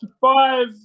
five